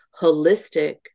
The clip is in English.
holistic